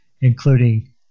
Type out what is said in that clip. including